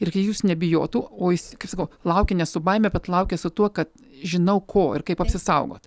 ir kad jis nebijotų o jis kaip sakau lauki ne su baime bet lauki su tuo kad žinau ko ir kaip apsisaugot